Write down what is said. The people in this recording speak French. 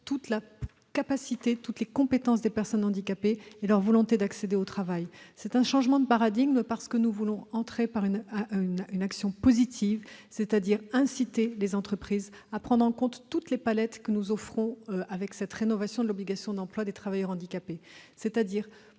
toutes les capacités, toutes les compétences des personnes handicapées et leur volonté d'accéder au travail. C'est un changement de paradigme parce que, de manière positive, nous voulons inciter les entreprises à prendre en considération toutes les palettes que nous leur offrons avec cette rénovation de l'obligation d'emploi des travailleurs handicapés.